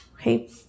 Okay